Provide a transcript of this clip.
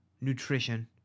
nutrition